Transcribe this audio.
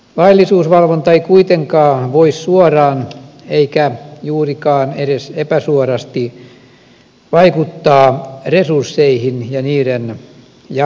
laillisuusvalvonta ei kuitenkaan voi suoraan eikä juurikaan edes epäsuorasti vaikuttaa resursseihin ja niiden jakoon